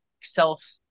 self